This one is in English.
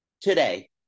Today